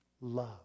love